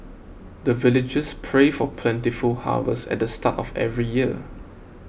the villagers pray for plentiful harvest at the start of every year